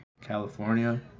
California